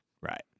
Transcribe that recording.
right